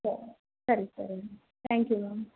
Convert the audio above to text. ಸರಿ ಸರಿ ಸರಿ ಮ್ಯಾಮ್ ತ್ಯಾಂಕ್ ಯು ಮ್ಯಾಮ್